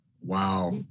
Wow